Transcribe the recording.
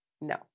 no